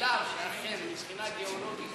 מכיוון שאכן מבחינה גיאולוגית